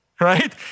right